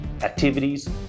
activities